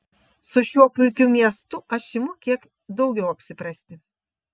su šiuo puikiu miestu aš imu kiek daugiau apsiprasti